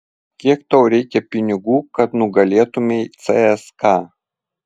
kiek tau reikia pinigų kad nugalėtumei cska